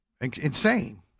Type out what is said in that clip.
Insane